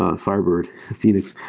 ah firebird phoenix.